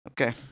Okay